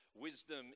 wisdom